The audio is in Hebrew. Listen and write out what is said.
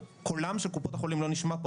קולם של קופות החולים לא נשמע פה,